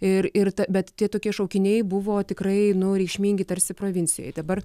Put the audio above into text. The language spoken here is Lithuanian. ir ir bet tie tokie šaukiniai buvo tikrai nu reikšmingi tarsi provincijoj dabar